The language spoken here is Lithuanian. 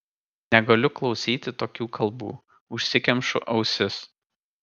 negaliu klausyti tokių kalbų užsikemšu ausis